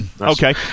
okay